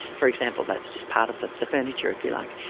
for example, that's just part of the the furniture, if you like,